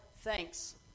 thanks